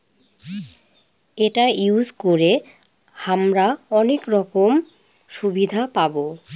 এটা ইউজ করে হামরা অনেক রকম সুবিধা পাবো